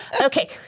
Okay